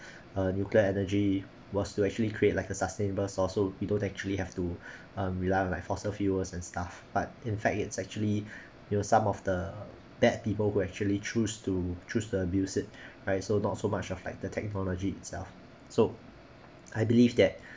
a nuclear energy was to actually create like a sustainable source so you don't actually have to rely on fossil fuels and stuff but in fact it's actually you know some of the bad people who actually choose to choose the abuse it alright so not so much of like the technology itself so I believe that